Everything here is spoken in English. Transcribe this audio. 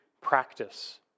practice